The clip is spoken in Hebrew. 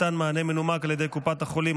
מתן מענה מנומק על ידי קופת החולים),